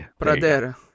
Pradera